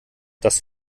das